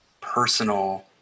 personal